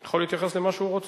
הוא יכול להתייחס למה שהוא רוצה.